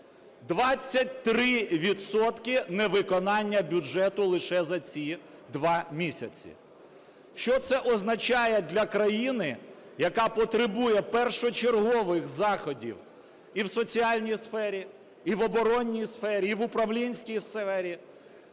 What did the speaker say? невиконання бюджету лише за ці два місяці. Що це означає для країни, яка потребує першочергових заходів і в соціальній сфері, і в оборонній сфері, і в управлінській сфері,